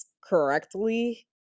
correctly